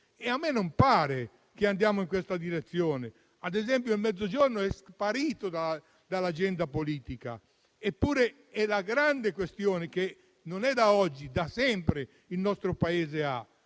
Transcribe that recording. ma a me non pare che ci stiamo andando. Ad esempio, il Mezzogiorno è sparito dall'agenda politica. Eppure, è la grande questione che non da oggi, ma da sempre il nostro Paese